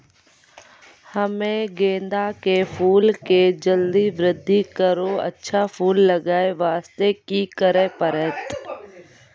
हम्मे गेंदा के फूल के जल्दी बृद्धि आरु अच्छा फूल लगय वास्ते की करे परतै?